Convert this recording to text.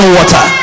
water